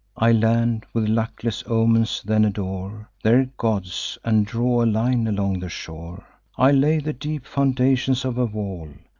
i land with luckless omens then adore their gods, and draw a line along the shore i lay the deep foundations of a wall,